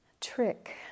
trick